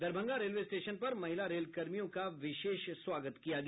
Darbhanga railway station पर महिला रेलकर्मियों का विशेष स्वागत किया गया